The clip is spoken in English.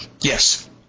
Yes